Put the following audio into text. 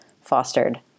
fostered